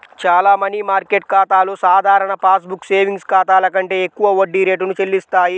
చాలా money market ఖాతాలు సాధారణ పాస్ బుక్ సేవింగ్స్ ఖాతాల కంటే ఎక్కువ వడ్డీ రేటును చెల్లిస్తాయి